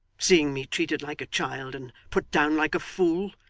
seeing me treated like a child, and put down like a fool,